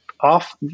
off